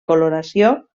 coloració